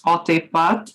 o taip pat